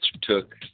took